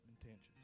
intentions